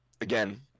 again